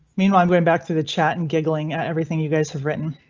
meanwhile, i'm going back to the chat and giggling at everything you guys have written.